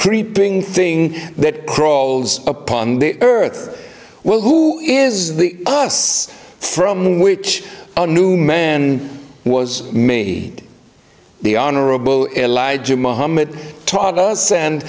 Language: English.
creeping thing that crawls upon the earth will who is the us from which the new man was made the honorable elijah mohammed taught us and